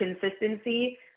consistency